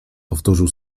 powtórzył